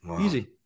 Easy